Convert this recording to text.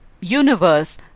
universe